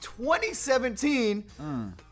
2017